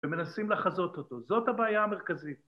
‫ומנסים לחזות אותו. ‫זאת הבעיה המרכזית.